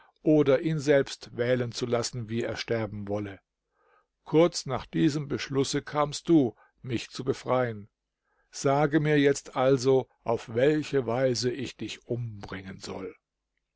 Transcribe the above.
oder ihn selbst wählen zu lassen wie er sterben wolle kurz nach diesem beschlusse kamst du mich zu befreien sage mir jetzt also auf welche weise ich dich umbringen soll